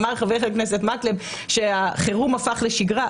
חבר הכנסת מקלב אמר שהחירום הפך לשגרה,